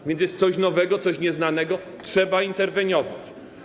A więc jest coś nowego, coś nieznanego, trzeba interweniować.